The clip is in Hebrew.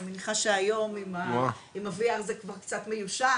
אני מניחה שהיום זה קצת מיושן,